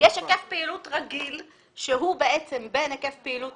יש היקף פעילות רגיל שהוא בעצם בין היקף פעילות